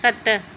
सत